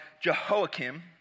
Jehoiakim